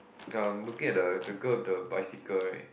uh looking at the the girl with the bicycle right